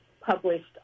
published